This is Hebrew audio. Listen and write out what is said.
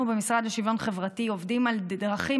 אנחנו במשרד לשוויון חברתי עובדים על דרכים